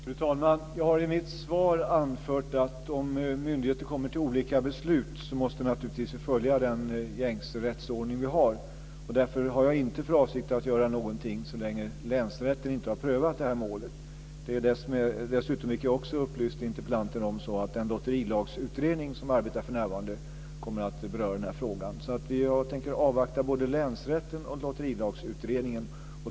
Fru talman! Jag har i mitt svar anfört att om myndigheter kommer till olika beslut måste vi naturligtvis följa den gängse rättsordning vi har. Därför har jag inte för avsikt att göra någonting så länge länsrätten inte har prövat målet. Det är dessutom så, vilket jag har upplyst interpellanten om, att den lotterilagsutredning som arbetar för närvarande kommer att beröra den här frågan. Jag tänker avvakta både länsrätten och Lotterilagsutredningen.